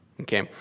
Okay